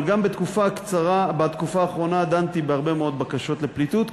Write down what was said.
אבל גם בתקופה האחרונה דנתי בהרבה מאוד בקשות לפליטות,